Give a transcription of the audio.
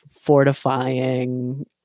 fortifying